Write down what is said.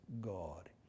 God